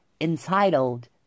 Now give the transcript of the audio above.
entitled